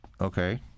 Okay